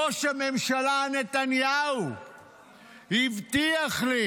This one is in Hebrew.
ראש הממשלה נתניהו הבטיח לי